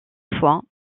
fois